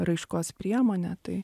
raiškos priemonę tai